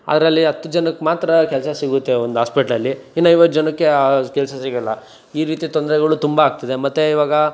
ಅದರಲ್ಲಿ ಹತ್ತು ಜನಕ್ಕೆ ಮಾತ್ರ ಕೆಲಸ ಸಿಗುತ್ತೆ ಒಂದು ಹಾಸ್ಪೆಟ್ಲಲ್ಲಿ ಇನ್ನು ಐವತ್ತು ಜನಕ್ಕೆ ಆ ಕೆಲಸ ಸಿಗಲ್ಲ ಈ ರೀತಿ ತೊಂದರೆಗಳು ತುಂಬ ಆಗ್ತಿದೆ ಮತ್ತು ಇವಾಗ